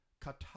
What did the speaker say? kata